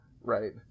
right